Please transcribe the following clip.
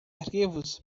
arquivos